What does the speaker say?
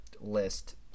list